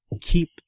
keep